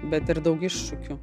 bet ir daug iššūkių